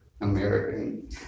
American